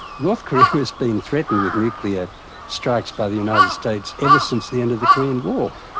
north korea has been threatened with nuclear strikes by the united states ever since the end of the korean war,